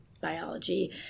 biology